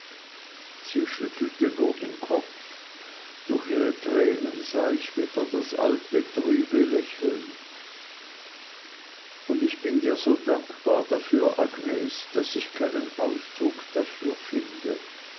sie schüttelte nur den kopf durch ihre tränen sah ich wieder das alte trübe lächeln und ich bin dir so dankbar dafür agnes daß ich keinen ausdruck dafür finde